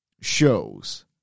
shows